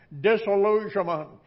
disillusionment